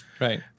Right